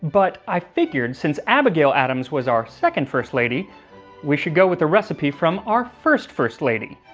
but i figured since abigail adams was our second first lady we should go with a recipe from our first first lady,